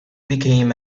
became